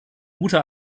guter